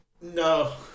no